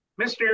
Mr